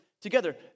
together